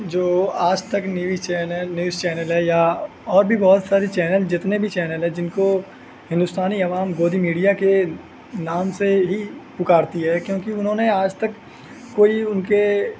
جو آج تک نیوز چینل نیوز چینل ہے یا اور بھی بہت سارے چینل جتنے بھی چینل ہے جن کو ہندوستانی عوام گودی میڈیا کے نام سے ہی پکارتی ہے کیونکہ انہوں نے آج تک کوئی ان کے